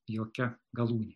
jokia galūnė